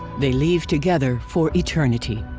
they leave together for eternity.